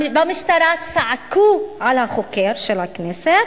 במשטרה צעקו על החוקר של הכנסת